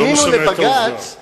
פנינו לבג"ץ כי לא עשיתם כלום.